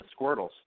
squirtles